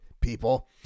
people